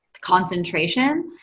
concentration